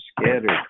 scattered